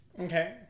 Okay